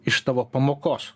iš tavo pamokos